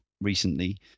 recently